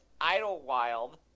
Idlewild